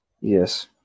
Yes